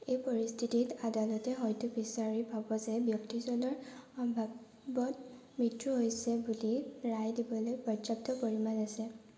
এই পৰিস্থিতিত আদালতে হয়তো বিচাৰি পাব যে ব্যক্তিজনৰ সম্ভৱতঃ মৃত্যু হৈছে বুলি ৰায় দিবলৈ পৰ্যাপ্ত প্ৰমাণ আছে